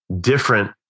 different